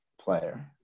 player